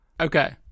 Okay